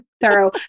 thorough